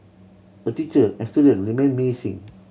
a teacher and student remain missing